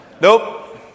Nope